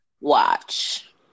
watch